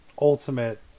ultimate